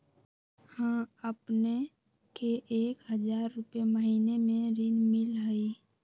हां अपने के एक हजार रु महीने में ऋण मिलहई?